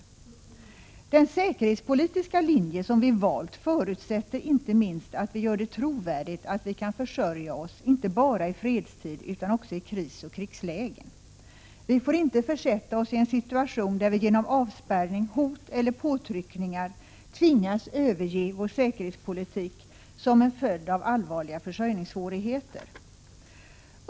1 juni 1987 Den säkerhetspolitiska linje som vi valt förutsätter inte minst att vi gör det trovärdigt att vi kan försörja oss, inte bara i fredstid utan också i krisoch krigslägen. Vi får inte försätta oss i en sådan situation att vi genom avspärrning, hot eller påtryckningar tvingas överge vår säkerhetspolitik som en följd av allvarliga försörjningssvårigheter.